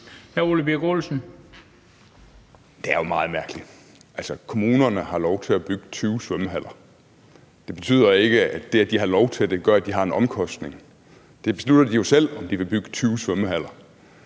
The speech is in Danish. Det er jo meget mærkeligt. Kommunerne har lov til at bygge 20 svømmehaller. Men det, at de har lov til det, betyder ikke, at de har en omkostning. De beslutter jo selv, om de vil bygge 20 svømmehaller,